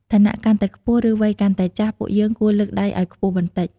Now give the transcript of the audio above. ឋានៈកាន់តែខ្ពស់ ឬវ័យកាន់តែចាស់ យើងគួរលើកដៃឱ្យខ្ពស់បន្តិច។